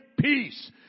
peace